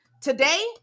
Today